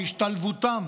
בהשתלבותם